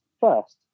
first